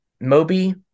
moby